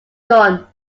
done